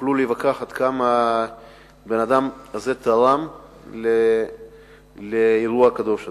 יוכלו להיווכח עד כמה הבן-אדם הזה תרם לאירוע הקדוש הזה.